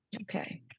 Okay